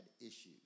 issues